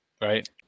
right